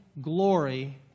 glory